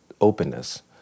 openness